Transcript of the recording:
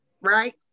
Right